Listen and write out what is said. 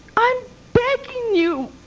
i'm begging you,